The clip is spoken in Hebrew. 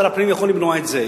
שר הפנים יכול למנוע את זה.